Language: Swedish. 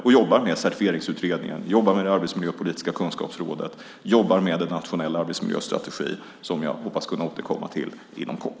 Vi jobbar med certifieringsutredningar, det arbetsmiljöpolitiska kunskapsrådet och en nationell arbetsmiljöstrategi som jag hoppas kunna återkomma till inom kort.